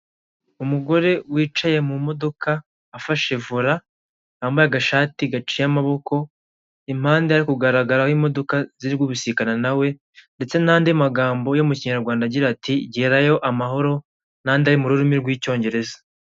Umugore wicaye mu modoka afashe vola yambaye agashati gaciye amaboko impande ye hari kugaragara imodoka zibisikana na ndetse n'andi magambo yo mu kinyarwanda agira ati gerayo amahoro, nandi ari mu rurimi rw'icyongereza.